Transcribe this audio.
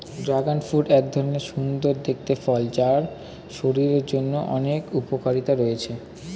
dragon fruit এক ধরণের সুন্দর দেখতে ফল যার শরীরের জন্য অনেক উপকারিতা রয়েছে